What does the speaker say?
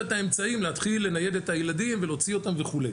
את האמצעים להתחיל לנייד את הילדים ולהוציא אותם וכו'.